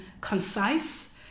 concise